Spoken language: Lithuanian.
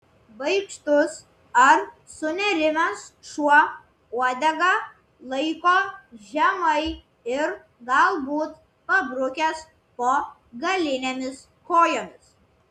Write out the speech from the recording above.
baikštus ar sunerimęs šuo uodegą laiko žemai ir galbūt pabrukęs po galinėmis kojomis